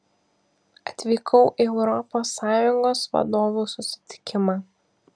atvykau į europos sąjungos vadovų susitikimą